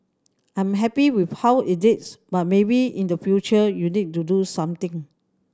I'm happy with how it is but maybe in the future you need to do something